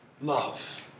love